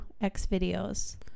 X-Videos